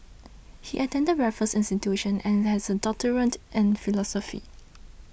he attended Raffles Institution and has a doctorate and philosophy